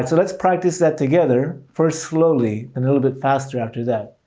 so let's practice that together. first slowly and a little bit faster after that.